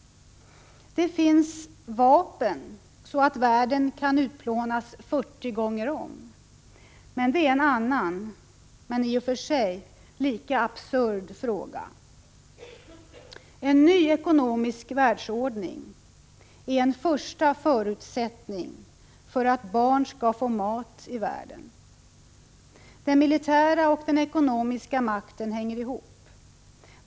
Det finns vapen så att världen kan utplånas 40 gånger om — det är ett annat, men i och för sig lika absurt exempel. En ny ekonomisk världsordning är en första förutsättning för att barnen i världen skall få mat. Den militära och den ekonomiska makten hänger ihop.